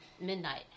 midnight